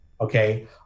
okay